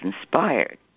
inspired